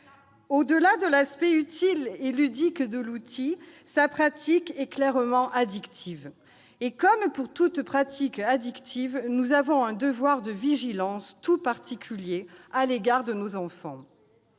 Au-delà de son aspect utile et ludique, cette pratique est clairement addictive et, comme pour toute pratique addictive, nous avons un devoir de vigilance tout particulier à l'égard de nos enfants.